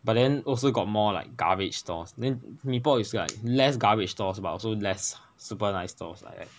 but then also got more like garbage stores then mee pok is like less garbage stores but also less super nice stores like that